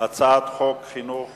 הצעת חוק חינוך